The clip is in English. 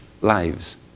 lives